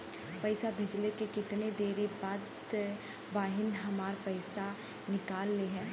पैसा भेजले के कितना देरी के बाद बहिन हमार पैसा निकाल लिहे?